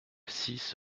six